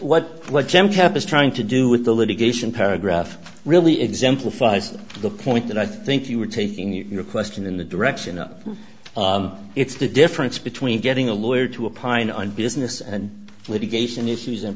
what what jim chap is trying to do with the litigation paragraph really exemplifies the point that i think you were taking your question in the direction of it's the difference between getting a lawyer to a pine on business and litigation issues and